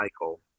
Michael